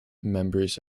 members